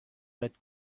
red